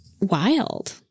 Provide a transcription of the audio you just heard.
Wild